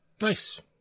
Nice